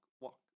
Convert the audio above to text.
walk